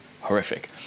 horrific